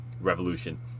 Revolution